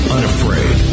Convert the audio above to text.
Unafraid